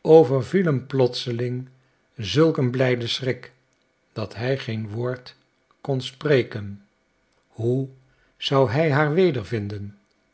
overviel hem plotseling zulk een blijde schrik dat hij geen woord kon spreken hoe zou hij haar